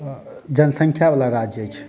जनसंख्या वला राज्य अछि